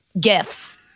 gifts